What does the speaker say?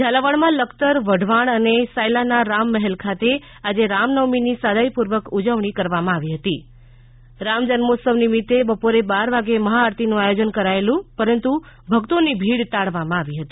ઝાલાવાડમાં લખતર વઢવાણ અને સાયલાના રામમહેલ ખાતે આજે રામનવમીની સાદાઈપૂર્વક ઉજવણી કરવામાં આવી હતી રામજન્મોત્સવ નિમિતે બપોર બારવાગે મહાઆરતીનું આથોજન કરાયેલું પરંતુ ભક્તોની ભીડ એકઠી થતી ટાળવામાં આવી હતી